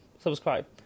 Subscribe